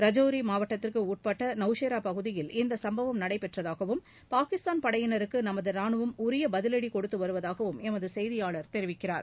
ரஜோரி மாவட்டத்திற்கு உட்பட்ட நவ்சோ பகுதியில் இந்த சம்பவம் நடைபெற்றதாகவும் பாகிஸ்தான் படையினருக்கு நமது ரானுவம் உரிய பதிலடி னொடுத்து வருவதாகவும் எமது செய்தியாளர் தெரிவிக்கிறார்